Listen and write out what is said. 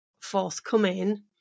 forthcoming